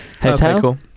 Hotel